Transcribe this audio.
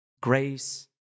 grace